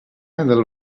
del